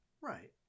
Right